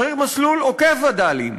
צריך מסלול עוקף וד"לים